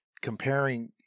comparing